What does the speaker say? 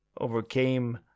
overcame